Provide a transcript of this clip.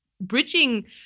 bridging